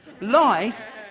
Life